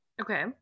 Okay